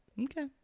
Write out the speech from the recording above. Okay